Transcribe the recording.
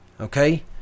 okay